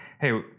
hey